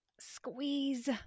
Squeeze